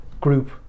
group